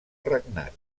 regnat